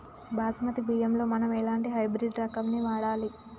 బాస్మతి బియ్యంలో మనం ఎలాంటి హైబ్రిడ్ రకం ని వాడాలి?